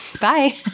Bye